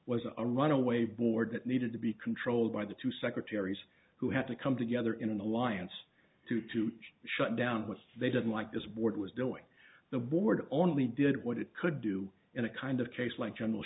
was a runaway board that needed to be controlled by the two secretaries who had to come together in an alliance to to shut down what they didn't like this board was doing the board only did what it could do in a kind of case like general